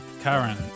Karen